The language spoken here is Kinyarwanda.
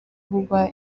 buba